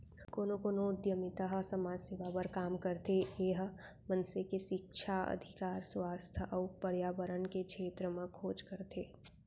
कोनो कोनो उद्यमिता ह समाज सेवा बर काम करथे ए ह मनसे के सिक्छा, अधिकार, सुवास्थ अउ परयाबरन के छेत्र म खोज करथे